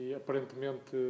aparentemente